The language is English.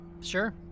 sure